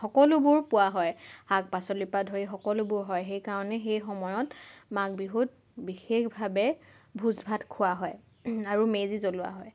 সকলোবোৰ পোৱা হয় শাক পাচলিৰ পৰা ধৰি সকলোবোৰ হয় সেইকাৰণে সেইসময়ত মাঘ বিহুত বিশেষভাৱে ভোজ ভাত খোৱা হয় আৰু মেজি জ্বলোৱা হয়